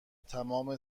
تمام